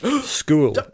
School